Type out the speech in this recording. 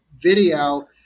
video